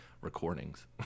recordings